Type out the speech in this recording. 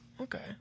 okay